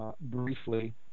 briefly